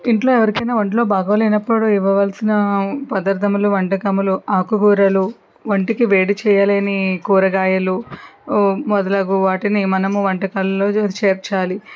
ఇంట్లో ఎవరికైనా ఒంట్లో బాగోలేనప్పుడు ఇవ్వవలసిన పదార్థములు వంటకములు ఆకుకూరలు ఒంటికి వేడిచేయలేని కూరగాయలు మొదలగు వాటిని మనం వంటకంలో చేర్చాలి